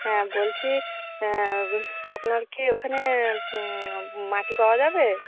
হ্যাঁ বলছি আপনার কি ওখানে মাটি পাওয়া যাবে